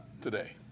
today